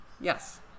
Yes